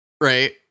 right